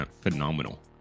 phenomenal